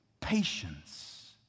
patience